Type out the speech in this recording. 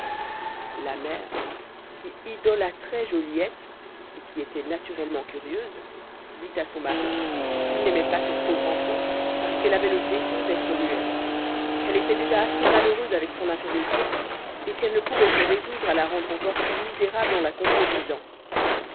la mère qui idolâtrait joliette et qui était naturellement curieuse dit à son mari qu'il n'aimait pas cette pauvre enfant parce qu'elle avait le défaut d'être muette qu'elle était déjà assez malheureuse avec son infirmité et qu'elle ne pouvait se résoudre à la rendre encore plus misérable en la contredisant